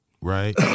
right